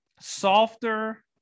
softer –